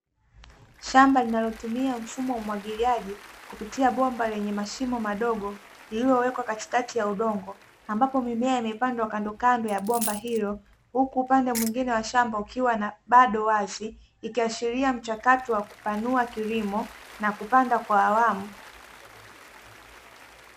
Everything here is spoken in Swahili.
Shamba linalotumia mfumo wa umwagiliaji kupitia bomba lenye mashimo madogo lililowekwa katikati ya udongo ambapo mimea imepandwa kandokando ya bomba hilo, huku upande mwingine wa shamba ukiwa bado wazi ikiashiria mchakato wa kupanua kilimo na kupanda kwa awamu.